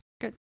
Good